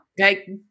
Okay